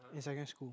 in secondary school